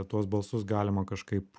tuos balsus galima kažkaip